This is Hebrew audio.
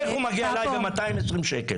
איך הוא מגיע אליי ב-220 שקל?